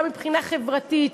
גם מבחינה חברתית,